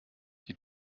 die